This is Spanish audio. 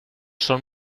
son